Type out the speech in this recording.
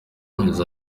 yagize